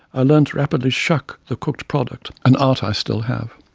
i learnt to rapidly shuck the cooked product, an art i still have.